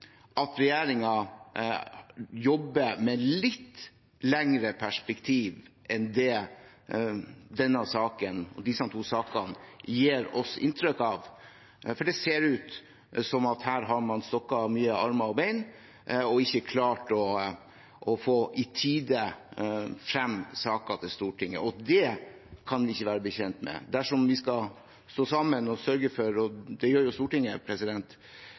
at regjeringen jobber med litt lengre perspektiver enn det denne saken, disse to sakene, gir oss inntrykk av. Det ser ut som at man her har stokket mye armer og bein og ikke klart å få frem saker til Stortinget i tide, og det kan vi ikke være bekjent av. Dersom vi skal stå sammen – og det gjør jo Stortinget